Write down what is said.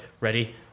ready